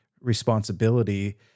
responsibility